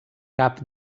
cap